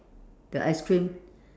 the ice cream